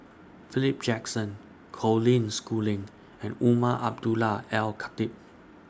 Philip Jackson Colin Schooling and Umar Abdullah Al Khatib